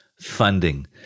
funding